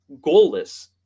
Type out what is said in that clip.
goalless